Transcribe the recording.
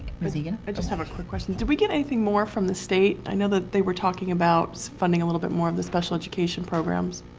ms. egan? i just have a quick question. did we get anything more from the state? i know that they were talking about funding a little bit more of the special education programs.